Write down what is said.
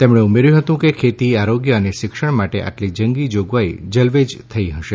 તેમણે ઉમેર્યું હતું કે ખેતી આરોગ્ય અને શિક્ષણ માટે આટલી જંગી જોગવાઈ જવલ્લેજ થઈ હશે